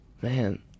Man